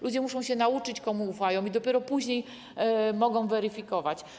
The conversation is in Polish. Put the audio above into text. Ludzie muszą się nauczyć, komu ufają, i dopiero później mogą weryfikować.